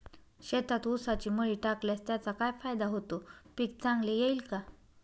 शेतात ऊसाची मळी टाकल्यास त्याचा काय फायदा होतो, पीक चांगले येईल का?